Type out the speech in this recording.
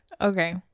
Okay